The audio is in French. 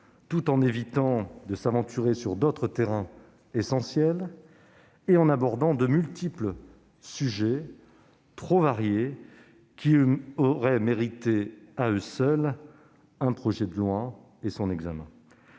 tout en évitant de s'aventurer sur d'autres terrains essentiels, car il abordait de multiples sujets trop variés, qui auraient mérité à eux seuls un projet de loi. De